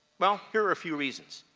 well, here are a few reasons.